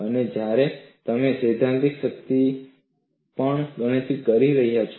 અને જ્યારે તમે સૈદ્ધાંતિક શક્તિની પણ ગણતરી કરી રહ્યા છો